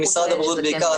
למשרד הבריאות בעיקר,